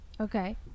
okay